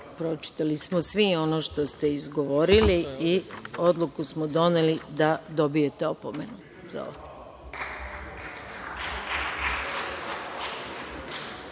Pročitali smo svi ono što ste izgovorili i odluku smo doneli da dobijete opomenu. Reč